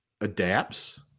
adapts